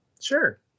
Sure